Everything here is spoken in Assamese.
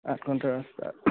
আঠ ঘণ্টা ৰাস্তা